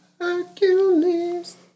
Hercules